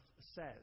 says